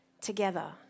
together